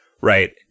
Right